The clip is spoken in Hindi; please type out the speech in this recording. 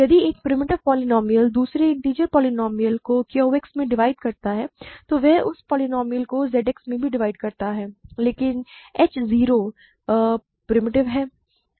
यदि एक प्रिमिटिव पोलीनोमिअल दूसरे इन्टिजर पोलीनोमिअल को Q X में डिवाइड करता है तो वह उस पोलीनोमिअल को Z X में भी डिवाइड करता है लेकिन h 0 प्रिमिटिव है